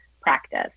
practice